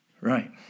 Right